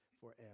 forever